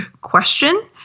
question